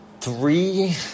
three